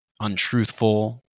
untruthful